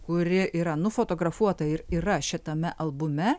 kuri yra nufotografuota ir yra šitame albume